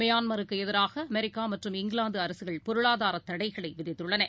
மியான்மருக்குஎதிராகஅமெரிக்காமற்றும் இங்கிலாந்துஅரசுகள் பொருளாதாரதடைகளைவிதித்துள்ளன